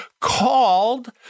called